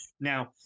Now